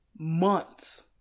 months